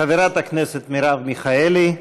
חברת הכנסת מרב מיכאלי,